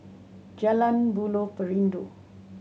Jalan Buloh Perindu